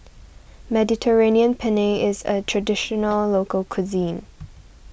Mediterranean Penne is a Traditional Local Cuisine